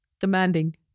demanding